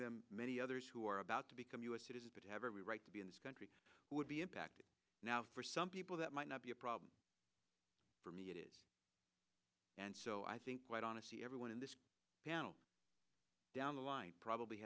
them many others who are about to become u s citizens but have every right to be in this country would be impacted now for some people that might not be a problem for me it is and so i think quite honestly everyone in this panel down the line probably